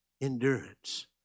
Endurance